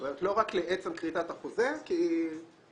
זאת אומרת לא רק לעצם כריתת החוזה כי אומרים,